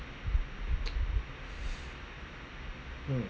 hmm